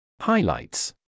Highlights